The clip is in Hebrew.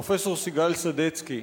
פרופסור סיגל סדצקי,